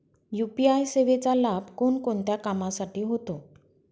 UPI सेवेचा लाभ कोणकोणत्या कामासाठी होतो?